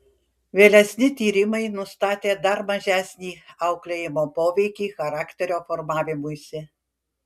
vėlesni tyrimai nustatė dar mažesnį auklėjimo poveikį charakterio formavimuisi